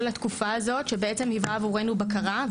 התקופה הזאת שבעצם היווה עבורנו בקרה,